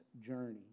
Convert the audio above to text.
journey